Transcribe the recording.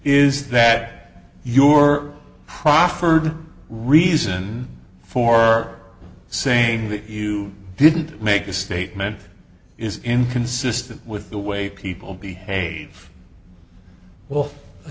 is that your proffered reason for art saying that you didn't make a statement is inconsistent with the way people behave well i